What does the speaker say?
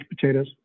potatoes